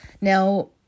Now